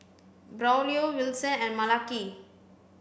Braulio Wilson and Malaki